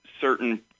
certain